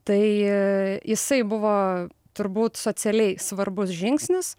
tai jisai buvo turbūt socialiai svarbus žingsnis